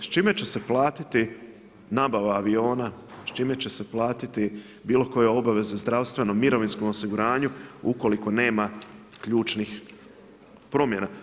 S čime će se platiti nabava aviona, s čime će se platiti bilo koja obaveza zdravstvenom, mirovinskom osiguranju ukoliko nema ključnih promjena?